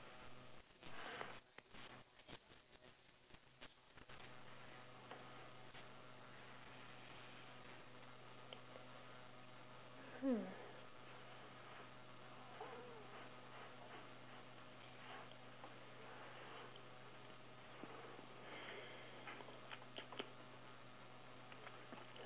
hmm